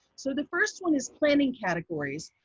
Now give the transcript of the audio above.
so the first one is planning categories.